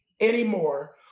anymore